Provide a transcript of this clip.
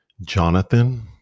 Jonathan